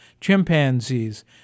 chimpanzees